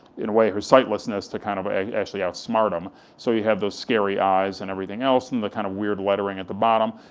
in a way, her sightlessness, to kind of actually outsmart them, so you have those scary eyes and everything else, and the kind of weird lettering at the bottom,